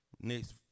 Next